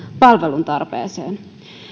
palveluntarpeeseen